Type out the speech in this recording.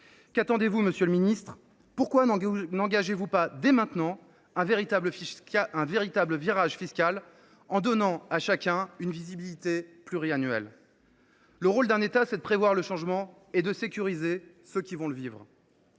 Qu’attendez vous, monsieur le ministre ? Pourquoi n’engagez vous pas dès maintenant un véritable virage fiscal en donnant à chacun une visibilité pluriannuelle ? Le rôle d’un État, c’est de prévoir le changement et de sécuriser ceux qui vont le vivre.